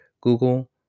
Google